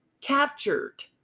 captured